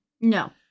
No